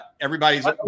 everybody's